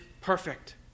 perfect